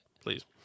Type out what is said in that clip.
please